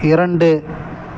இரண்டு